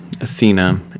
Athena